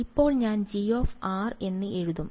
ഇപ്പോൾ ഞാൻ G എന്ന് എഴുതും